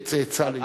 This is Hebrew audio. לצאצאים.